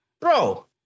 Bro